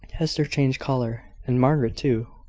hester changed colour, and margaret too,